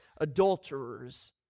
adulterers